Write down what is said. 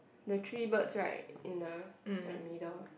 the three birds right in the right middle